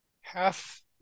half